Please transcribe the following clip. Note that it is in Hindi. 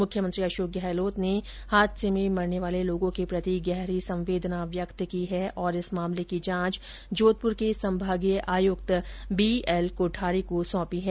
मुख्यमंत्री अशोक गहलोत ने हादसे में मरने वाले लोगों के प्रति गहरी संवेदना व्यक्त की है और इस मामले की जांच जोधपुर के संभागीय आयुक्त बी एल कोठारी को सौंपी है